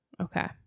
okay